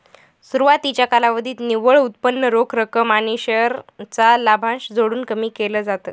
सुरवातीच्या कालावधीत निव्वळ उत्पन्न रोख रक्कम आणि शेअर चा लाभांश जोडून कमी केल जात